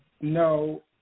no